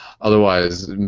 otherwise